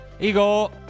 Igor